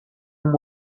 uma